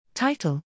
Title